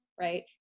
right